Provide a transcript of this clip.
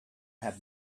had